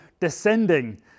descending